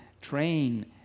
train